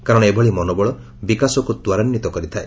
କାରଣ ଏଭଳି ମନୋବଳ ବିକାଶକୁ ତ୍ୱରାନ୍ୱିତ କରିଥାଏ